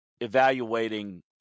evaluating